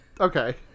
Okay